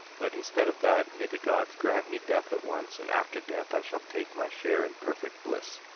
but instead of that, may the god grant me death at once, and after death i shall take my share in perfect bliss.